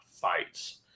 fights